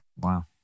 Wow